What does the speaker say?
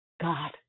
God